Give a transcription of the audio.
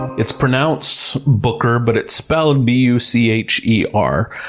it's pronounced booker but it's spelled b u c h e r.